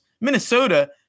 Minnesota –